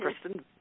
Kristen